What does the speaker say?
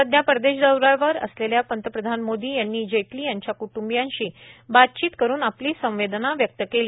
सध्या परदेश दौ यावर असलेल्या पंतप्रधान मोदी यांनी जेटली यांच्या क्टूंबियाशी बातचीत करून आपली संवेदना व्यक्त केली